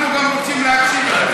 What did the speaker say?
גם אנחנו רוצים להקשיב לו.